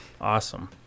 Awesome